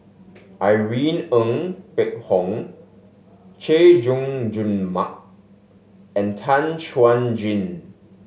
Irene Ng Phek Hoong Chay Jung Jun Mark and Tan Chuan Jin